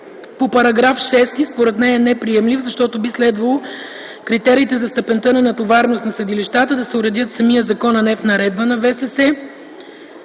власт; -§ 6 е неприемлив, защото би следвало критериите за степента на натовареност на съдилищата да се уредят в самия закон, а не в наредба на ВСС;